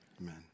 amen